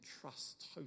trust